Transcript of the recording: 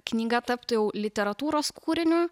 knyga taptų jau literatūros kūriniu